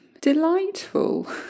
Delightful